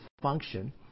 function